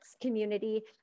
community